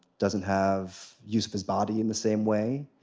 doesn't have use of his body in the same way.